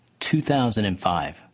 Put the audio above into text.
2005